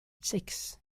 six